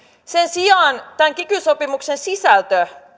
sen sijaan tämän kiky sopimuksen sisältöä